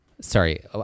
Sorry